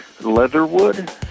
Leatherwood